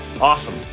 Awesome